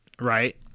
right